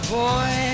boy